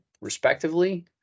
respectively